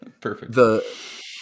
Perfect